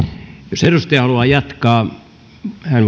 jos edustaja haluaa jatkaa hän